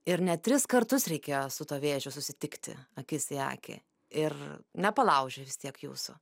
ir net tris kartus reikėjo su tuo vėžiu susitikti akis į akį ir nepalaužė vis tiek jūsų